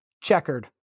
checkered